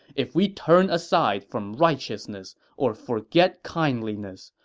if we turn aside from righteousness or forget kindliness,